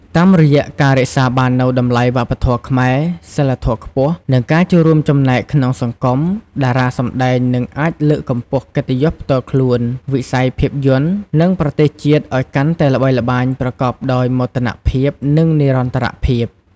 តាមរយៈការរក្សាបាននូវតម្លៃវប្បធម៌ខ្មែរ សីលធម៌ខ្ពស់ និងការចូលរួមចំណែកក្នុងសង្គម តារាសម្ដែងនឹងអាចលើកកម្ពស់កិត្តិយសផ្ទាល់ខ្លួន វិស័យភាពយន្ត និងប្រទេសជាតិឱ្យកាន់តែល្បីល្បាញប្រកបដោយមោទនភាព និងនិរន្តរភាព។